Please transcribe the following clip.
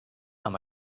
amb